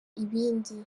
ibindi